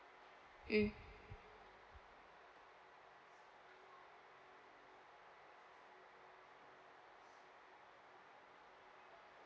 mm